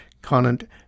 Conant